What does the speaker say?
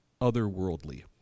otherworldly